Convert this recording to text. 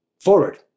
forward